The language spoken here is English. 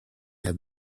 have